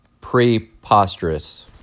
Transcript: preposterous